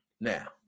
Now